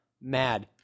mad